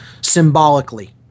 symbolically